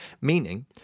meaning